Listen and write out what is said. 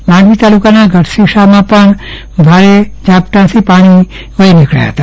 માંડવી તાલુકાના ગઢશીશામાં પણ ભારે ઝાપટાથી પાણી વહી નીકબ્યા હતા